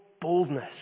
boldness